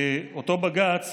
באותו בג"ץ,